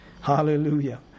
Hallelujah